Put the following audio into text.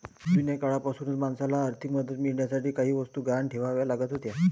जुन्या काळापासूनच माणसाला आर्थिक मदत मिळवण्यासाठी काही वस्तू गहाण ठेवाव्या लागत होत्या